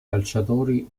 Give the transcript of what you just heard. calciatori